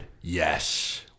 Yes